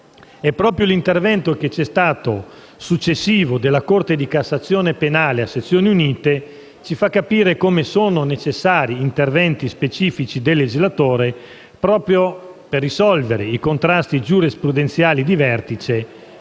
e proprio l'intervento successivo della Corte di cassazione a sezioni unite penali ci fa capire come sono necessari interventi specifici del legislatore proprio per risolvere i contrasti giurisprudenziali di vertice